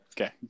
Okay